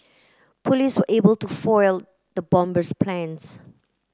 police were able to foil the bomber's plans